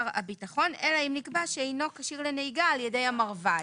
הביטחון אלא אם נקבע שאינו כשיר לנהיגה על ידי המרב"ד.